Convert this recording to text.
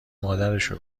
مادرشو